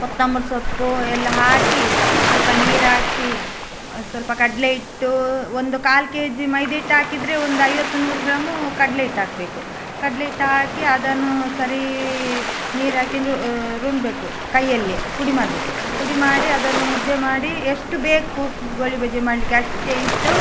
ಕೊತ್ತಂಬರಿ ಸೊಪ್ಪು ಎಲ್ಲ ಹಾಕಿ ಸ್ವಲ್ಪ ನೀರು ಹಾಕಿ ಸ್ವಲ್ಪ ಕಡಲೆ ಹಿಟ್ಟು ಒಂದು ಕಾಲು ಕೆ ಜಿ ಮೈದಾ ಹಿಟ್ಟು ಹಾಕಿದ್ರೆ ಒಂದು ಐವತ್ತು ನೂರು ಗ್ರಾಮು ಕಡಲೆ ಹಿಟ್ಟು ಹಾಕ್ಬೇಕು ಕಡಲೆ ಹಿಟ್ಟು ಹಾಕಿ ಅದನ್ನು ಸರಿ ನೀರಾಕಿ ರುಬ್ಬಬೇಕು ಕೈೈಯಲ್ಲಿ ಪುಡಿ ಮಾಡಬೇಕು ಪುಡಿ ಮಾಡಿ ಅದನ್ನು ಮುದ್ದೆ ಮಾಡಿ ಎಷ್ಟು ಬೇಕು ಗೋಳಿ ಬಜೆ ಮಾಡಲಿಕ್ಕೆ ಅಷ್ಟೇ ಇಟ್ಟು